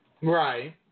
Right